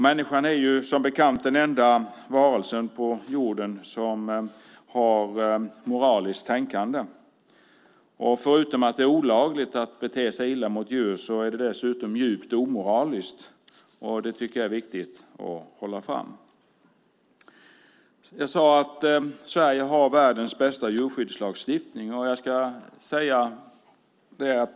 Människan är som bekant den enda varelsen på jorden som har moraliskt tänkande. Förutom att det är olagligt att bete sig illa mot djur är det djupt omoraliskt. Det tycker jag är viktigt att framhålla. Jag sade att Sverige har världens bästa djurskyddslagstiftning.